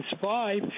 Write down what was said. survive